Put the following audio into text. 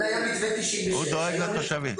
הוא דואג לתושבים.